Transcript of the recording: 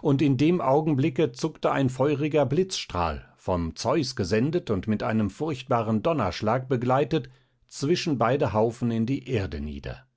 und in dem augenblicke zuckte ein feuriger blitzstrahl vom zeus gesendet und mit einem furchtbaren donnerschlag begleitet zwischen beide haufen in die erde nieder